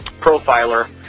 profiler